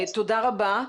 תודה רבה.